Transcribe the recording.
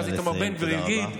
ואז איתמר בן גביר יגיד: